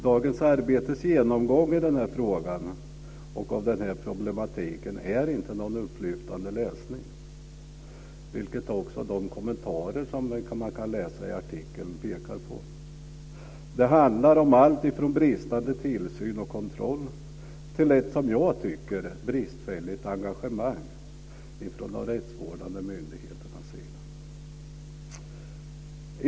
Dagens Arbetes genomgång av den här frågan och det här problemet är inte någon upplyftande läsning, vilket också de kommentarer som man kan läsa i artikeln pekar på. Det handlar om alltifrån bristande tillsyn och kontroll till ett, som jag tycker, bristfälligt engagemang från de rättsvårdande myndigheternas sida.